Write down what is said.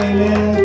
Amen